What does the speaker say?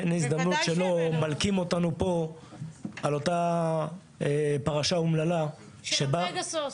אין הזדמנות שלא מלקים אותנו פה על אותה פרשה אומללה -- של הפגסוס.